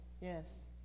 Yes